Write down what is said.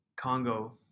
congo